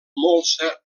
molsa